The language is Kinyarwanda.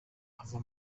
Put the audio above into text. ava